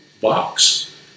box